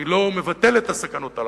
אני לא מבטל את הסכנות הללו,